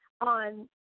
on